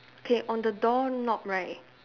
okay on the doorknob right